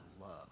love